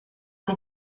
sie